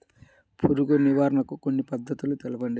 పురుగు నివారణకు కొన్ని పద్ధతులు తెలుపండి?